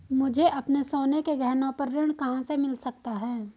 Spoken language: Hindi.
मुझे अपने सोने के गहनों पर ऋण कहां से मिल सकता है?